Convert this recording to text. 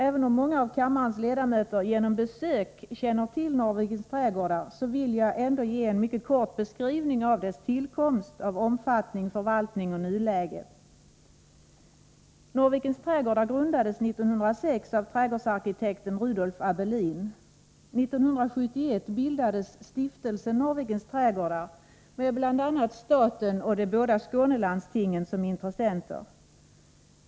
Även om många av kammarens ledamöter genom besök känner till Norrvikens trädgårdar vill jag ändå ge en mycket kort beskrivning av dess tillkomst, omfattning, förvaltning och nuläge. Norrvikens trädgårdar grundades 1906 av trädgårdsarkitekten Rudolf Abelin. 1971 bildades Stiftelsen Norrvikens trädgårdar med bl.a. staten och de båda Skånelandstingen som intressenter.